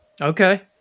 Okay